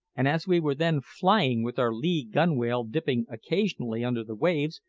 and as we were then flying with our lee gunwale dipping occasionally under the waves,